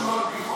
משהו לא פי חוק?